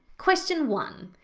question one.